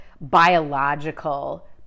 biological